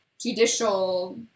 judicial